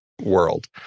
world